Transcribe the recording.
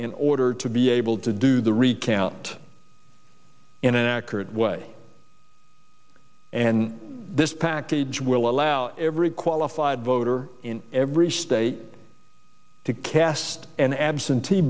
in order to be able to do the recount in an accurate way and this package will allow every qualified voter in every state to cast an absentee